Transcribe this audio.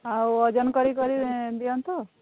ଆଉ ଓଜନ କରି କରି ଦିଅନ୍ତୁ